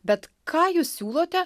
bet ką jūs siūlote